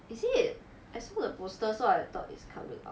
is it I saw the poster so I thought it's coming up